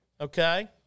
okay